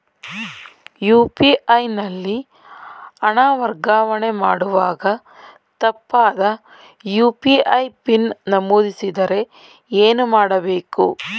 UPI ನಲ್ಲಿ ಹಣ ವರ್ಗಾವಣೆ ಮಾಡುವಾಗ ತಪ್ಪಾದ ಯು.ಪಿ.ಐ ಪಿನ್ ನಮೂದಿಸಿದರೆ ಏನು ಮಾಡಬೇಕು?